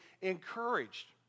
encouraged